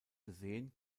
gesehen